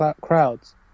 crowds